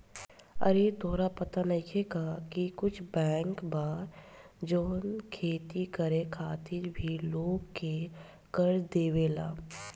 आरे तोहरा पाता नइखे का की कुछ बैंक बा जवन खेती करे खातिर भी लोग के कर्जा देवेला